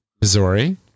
Missouri